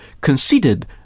conceded